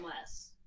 less